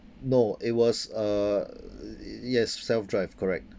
no it was uh yes self drive correct